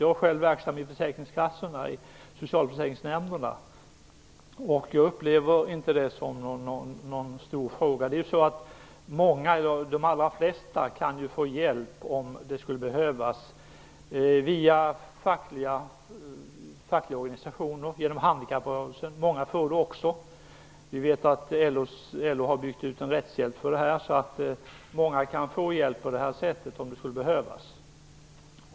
Jag har själv varit verksam i försäkringskassorna och i socialförsäkringsnämnderna, och jag har inte upplevt detta som någon stor fråga. De allra flesta kan ju få hjälp via fackliga organisationer och genom handikapprörelsen om det skulle behövas, och många får det också. Vi vet att LO har byggt ut en rättshjälp för detta. Många kan få hjälp på detta sätt om det skulle behövas.